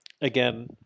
again